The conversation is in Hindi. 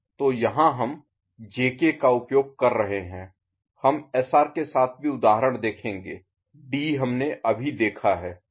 तो यहां हम जेके का उपयोग कर रहे हैं हम एसआर के साथ भी उदाहरण देखेंगे डी हमने अभी देखा है